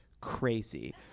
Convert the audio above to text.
crazy